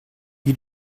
you